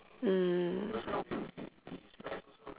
mm